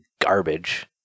garbage